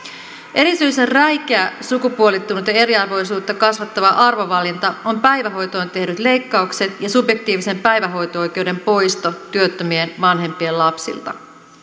erityisen räikeä sukupuolittunut ja eriarvoisuutta kasvattava arvovalinta on päivähoitoon tehdyt leikkaukset ja subjektiivisen päivähoito oikeuden poisto työttömien vanhempien lapsilta